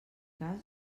cas